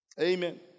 Amen